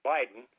Biden